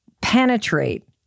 penetrate